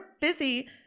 busy